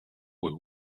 were